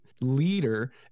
leader